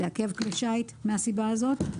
לעכב כלי שיט מהסיבה הזאת.